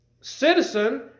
citizen